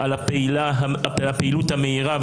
על הפעילות המהירה,